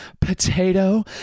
potato